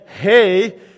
hey